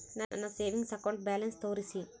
ನನ್ನ savings account balance ತೋರಿಸಿ?